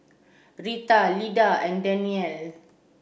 Rita Lida and Danyel